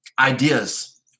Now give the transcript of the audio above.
ideas